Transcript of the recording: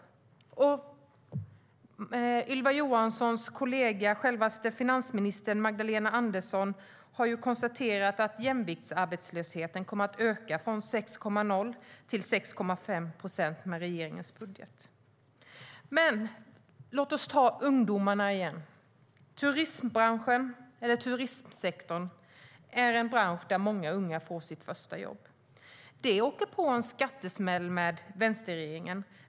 Och Ylva Johanssons kollega, självaste finansminister Magdalena Andersson, har konstaterat att jämviktsarbetslösheten kommer att öka från 6,0 till 6,5 procent med regeringens budget. Låt oss dock tala om ungdomarna igen. Turistsektorn är en bransch där många unga får sitt första jobb. Branschen åker på en skattesmäll med vänsterregeringen.